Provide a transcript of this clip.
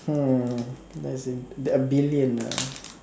hmm that's an a billion lah